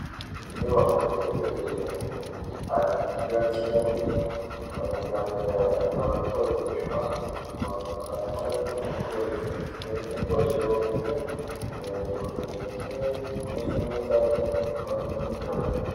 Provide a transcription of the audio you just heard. Inyubako iherereye mujyi wa Kigali mu Murenge wa Remera, ikaba ikodeshwa ibihumbi magana atandatu ku kwezi. Ifite ubwogero bubiri, ni inzu yuzuye imeze neza ifite n'igikoni mo imbere.